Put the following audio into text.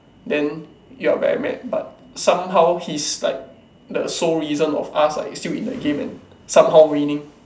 then you're very mad but somehow he's like the sole reason of us like still in the game and somehow winning